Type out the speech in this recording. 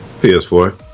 PS4